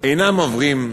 אינם עוברים,